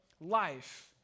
life